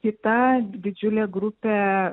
kita didžiulė grupė